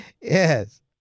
Yes